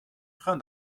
train